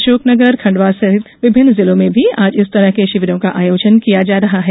अशोकनगर खंडवा सहित विभिन्न जिलों में भी आज इस तरह के शिविरों का आयोजन किया जा रहा है